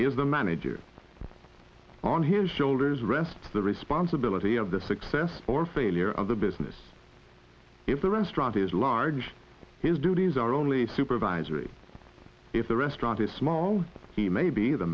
is the manager on his shoulders rest the responsibility of the success or failure of the business if the restaurant is large his duties are only supervisory if the restaurant is small he may be the